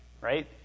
Right